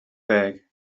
bag